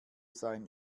sein